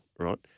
right